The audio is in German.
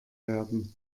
werden